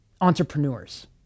entrepreneurs